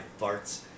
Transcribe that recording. farts